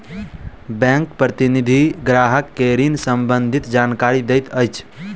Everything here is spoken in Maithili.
बैंक प्रतिनिधि ग्राहक के ऋण सम्बंधित जानकारी दैत अछि